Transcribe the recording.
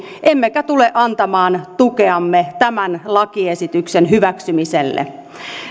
emmekä tule antamaan tukeamme tämän lakiesityksen hyväksymiselle